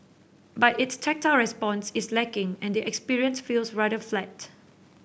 but its tactile response is lacking and the experience feels rather flat